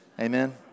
Amen